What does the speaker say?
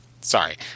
sorry